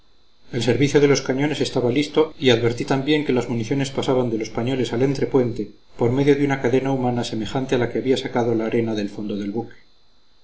el servicio de los cañones estaba listo y advertí también que las municiones pasaban de los pañoles al entrepuente por medio de una cadena humana semejante a la que había sacado la arena del fondo del buque